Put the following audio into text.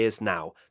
now